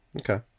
okay